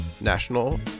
National